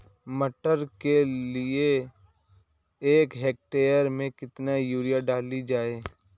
मटर के एक हेक्टेयर में कितनी यूरिया डाली जाए?